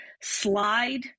slide